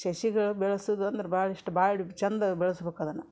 ಸಸಿಗಳ್ ಬೆಳ್ಸುದಂದ್ರೆ ಭಾಳ ಇಷ್ಟ ಭಾಳ ಚಂದ ಬೆಳ್ಸ್ಬೇಕ್ ಅದನ್ನು